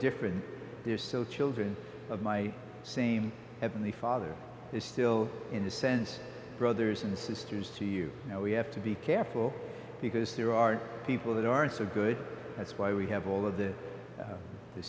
different they're still children of my same heavenly father is still in the sense brothers and sisters to you we have to be careful because there are people that aren't so good that's why we have all of the